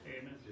Amen